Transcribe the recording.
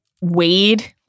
Wade